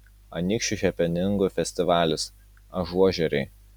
anykščių hepeningų festivalis ažuožeriai